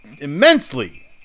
immensely